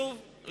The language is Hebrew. שוב,